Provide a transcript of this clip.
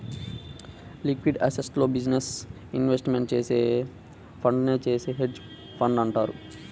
liquid అసెట్స్లో business investment చేసే ఫండునే చేసే హెడ్జ్ ఫండ్ అంటారు